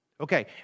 Okay